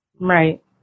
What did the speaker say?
Right